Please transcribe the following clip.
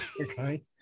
Okay